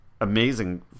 amazing